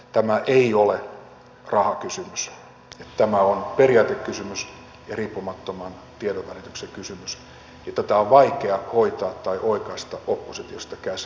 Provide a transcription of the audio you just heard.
tämä ei ole rahakysymys tämä on periaatekysymys ja riippumattoman tiedonvälityksen kysymys ja tätä on vaikea hoitaa tai oikaista oppositiosta käsin